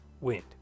Wind